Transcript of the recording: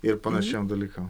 ir panašiem dalykam